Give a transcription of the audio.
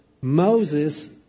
Moses